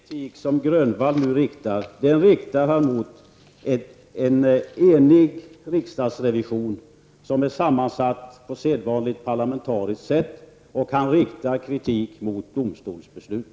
Fru talman! Jag noterar att den kritik som Nic Grönvall här framför riktar han mot en enig riksdagsrevision, som är sammansatt på sedvanligt parlamentariskt sätt, och han riktar kritik mot domstolsbeslut.